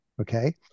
Okay